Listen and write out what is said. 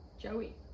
Joey